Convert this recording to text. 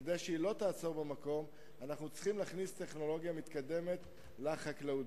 כדי שהיא לא תעצור במקום אנחנו צריכים להכניס טכנולוגיה מתקדמת לחקלאות,